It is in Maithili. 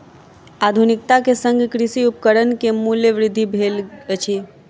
आधुनिकता के संग कृषि उपकरण के मूल्य वृद्धि भेल अछि